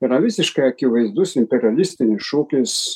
yra visiškai akivaizdus imperialistinis šūkis